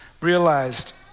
realized